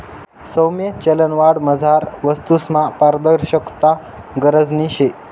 सौम्य चलनवाढमझार वस्तूसमा पारदर्शकता गरजनी शे